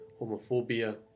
homophobia